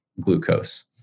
glucose